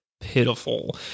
pitiful